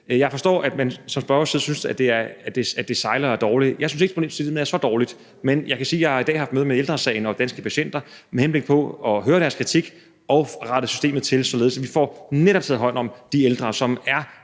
jeg forstår, at man som spørger så synes, at det sejler og er dårligt. Jeg synes ikke, det er så dårligt, men jeg kan sige, at jeg i dag har haft et møde med Ældre Sagen og Danske Patienter med henblik på at høre deres kritik og rette systemet til, således at vi netop får taget hånd om de ældre, som er